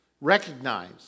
Recognize